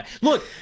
Look